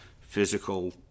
physical